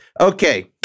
Okay